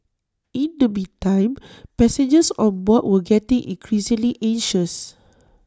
in the meantime passengers on board were getting increasingly anxious